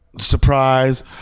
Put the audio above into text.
surprise